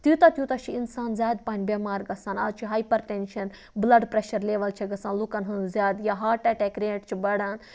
تیوٗتاہ تیوٗتاہ چھِ اِنسان زیادٕ پَہَم بٮ۪مار گژھان اَز چھُ hypertension blood pressure level چھےٚ گژھان لوٗکَن ہٕںٛز زیادٕ یا ہاٹ اَٹیک ریٹ چھِ بَڑان